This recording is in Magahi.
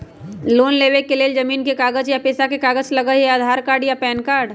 लोन लेवेके लेल जमीन के कागज या पेशा के कागज लगहई या आधार कार्ड या पेन कार्ड?